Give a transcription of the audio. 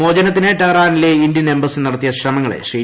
മോചനത്തിന് ടെഹ്റാനിലെ Indian embassy നടത്തിയ ശ്രമങ്ങളെ ശ്രീ